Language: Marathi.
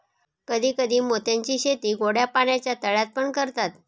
कधी कधी मोत्यांची शेती गोड्या पाण्याच्या तळ्यात पण करतात